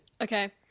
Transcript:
Okay